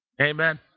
Amen